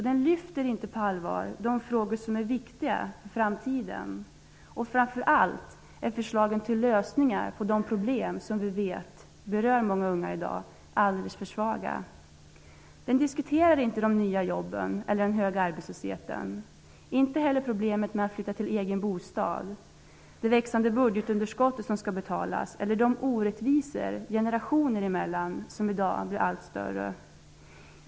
Den lyfter inte på allvar fram de frågor som är viktiga för framtiden. Framför allt är förslagen till lösningar på de problem som vi vet berör många unga i dag alldeles för svaga. Den diskuterar inte de nya jobben eller den höga arbetslösheten, inte heller problemet med att flytta till egen bostad, det växande budgetunderskottet som skall betalas eller de orättvisor generationer emellan som i dag blir allt större.